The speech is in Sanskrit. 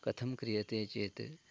कथं क्रियते चेत्